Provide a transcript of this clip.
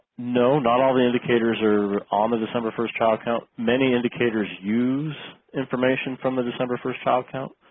no not all the indicators are on the december first child count many indicators use information from the december first child count.